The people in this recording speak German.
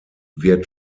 wird